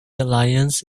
alliance